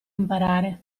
imparare